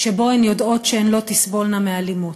שבו הן יודעות שהן לא תסבולנה מאלימות.